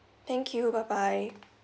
thank you bye bye